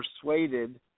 persuaded